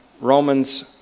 Romans